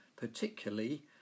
particularly